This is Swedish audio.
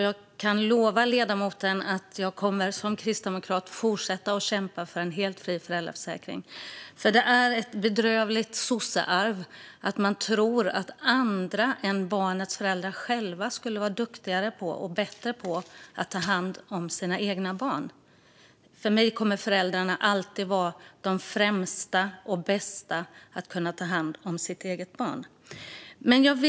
Jag kan lova ledamoten att jag som kristdemokrat kommer att fortsätta kämpa för en helt fri föräldraförsäkring. Det är ett bedrövligt sossearv att man tror att andra än barnets föräldrar skulle vara duktigare och bättre på att ta hand om föräldrarnas eget barn. För mig kommer föräldrarna alltid att vara de främsta och bästa på att ta hand om sitt eget barn.